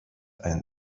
ein